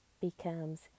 becomes